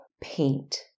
paint